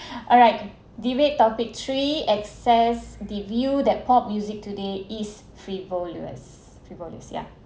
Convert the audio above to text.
alright debate topic three excess the view that pop music today is frivolous frivolous yeah